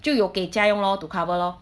就有给家用 lor to cover lor